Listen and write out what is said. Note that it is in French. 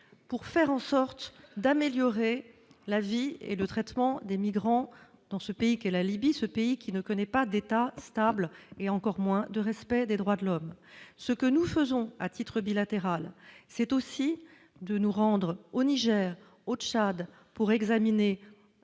pour faire en sorte d'améliorer la vie et le traitement des migrants dans ce pays, la Libye, qui ne connaît pas d'État stable et encore moins de respect des droits de l'homme. Ce que nous faisons en outre, à titre bilatéral, est que nous nous rendons au Niger et au Tchad pour examiner,